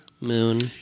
moon